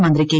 മന്ത്രി കെ